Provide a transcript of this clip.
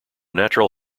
natural